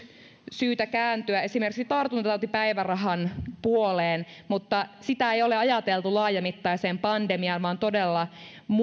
syytä kääntyä esimerkiksi tartuntatautipäivärahan puoleen mutta sitä ei ole ajateltu laajamittaiseen pandemiaan vaan todella